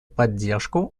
поддержку